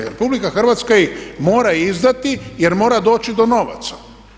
RH ih mora izdati jer mora doći do novaca.